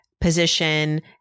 position